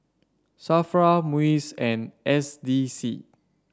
Safra MUIS and S D C